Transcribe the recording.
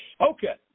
Okay